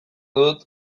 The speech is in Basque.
dut